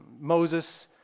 Moses